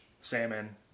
salmon